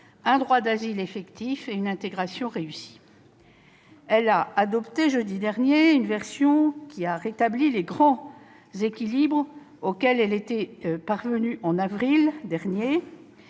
un droit d'asile effectif et une intégration réussie. Elle a adopté jeudi dernier une version rétablissant les grands équilibres auxquels elle était parvenue en avril dernier,